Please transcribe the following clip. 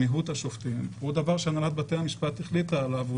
-- השופטים הוא דבר שהנהלת בתי המשפט החליטה עליו.